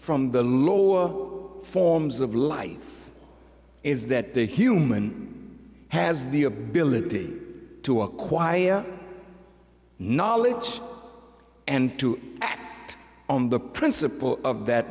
from the law or forms of life is that the human has the ability to acquire knowledge and to act on the principle of that